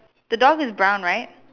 the dog is brown right